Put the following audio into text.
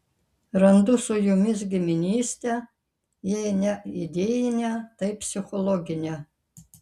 randu su jumis giminystę jei ne idėjinę tai psichologinę